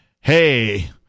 Hey